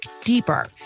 deeper